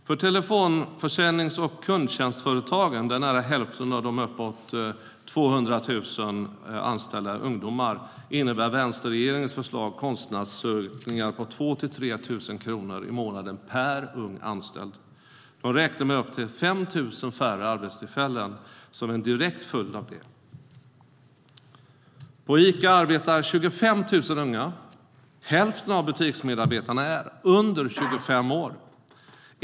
För telefonförsäljnings och kundtjänstföretagen där nära hälften av de uppåt 200 000 anställda ungdomarna finns innebär vänsterregeringens förslag kostnadsökningar på 2 000-3 000 kronor i månaden per ung anställd. De räknar med upp till 5 000 färre arbetstillfällen som en direkt följd. På Ica arbetar 25 000 unga. Hälften av butiksmedarbetarna är under 25 år.